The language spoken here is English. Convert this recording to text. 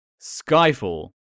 Skyfall